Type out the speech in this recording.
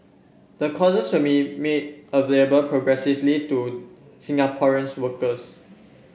the courses will be made available progressively to Singaporean's workers